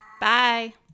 Bye